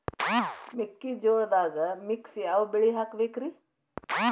ಮೆಕ್ಕಿಜೋಳದಾಗಾ ಮಿಕ್ಸ್ ಯಾವ ಬೆಳಿ ಹಾಕಬೇಕ್ರಿ?